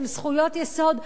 שהם זכויות יסוד,